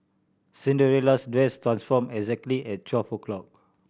Cinderella's dress transformed exactly at twelve o' clock